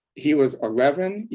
he was eleven. you